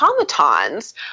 automatons